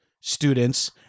students